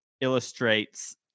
illustrates